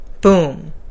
Boom